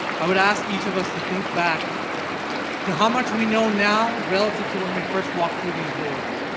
i would ask each of us to think back to how much we know now relative to when we first walked through these doors.